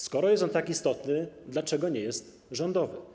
Skoro jest tak istotny, dlaczego nie jest rządowy?